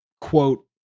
quote